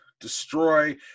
destroy